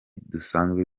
dusanzwe